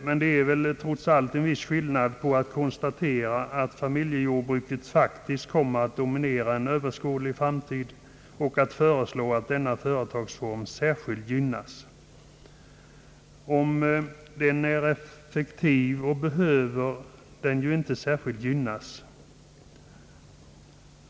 Men det är väl trots allt en viss skillnad mellan att konstatera att familjejordbruket faktiskt kommer att dominera inom en överskådlig framtid och att föreslå att denna företagsform särskilt gynnas. Om den är effektiv behöver den ju inte särskilt gynnas.